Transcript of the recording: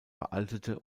veraltete